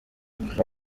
umuntu